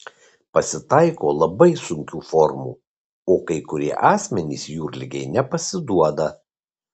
pasitaiko labai sunkių formų o kai kurie asmenys jūrligei nepasiduoda